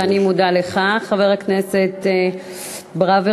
ואני מודה לך, חבר הכנסת ברוורמן.